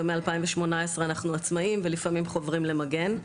ומ-2018 אנחנו עצמאים ולפעמים חוברים ל"מגן".